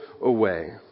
away